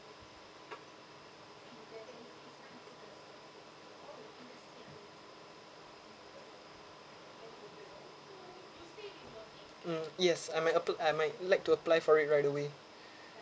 mm yes I might apply~ I might like to apply for it right away